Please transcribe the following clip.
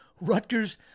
Rutgers